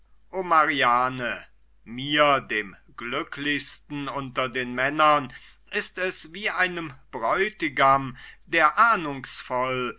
o mariane mir dem glücklichsten unter den männern ist wie einem bräutigam der ahnungsvoll